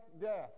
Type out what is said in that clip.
death